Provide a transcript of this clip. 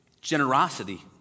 generosity